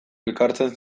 elkartzen